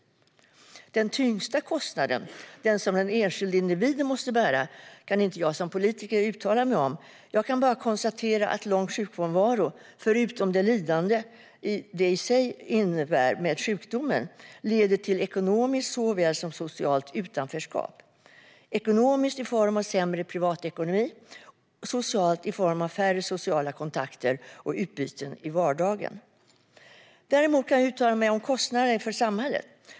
Den tyngsta kostnaden - den som den enskilde individen måste bära - kan inte jag som politiker uttala mig om. Jag kan bara konstatera att lång sjukfrånvaro, utöver det lidande som sjukdomen i sig innebär, leder till ett såväl ekonomiskt som socialt utanförskap - ekonomiskt i form av sämre privatekonomi och socialt i form av färre sociala kontakter och utbyten i vardagen. Däremot kan jag uttala mig om kostnaderna för samhället.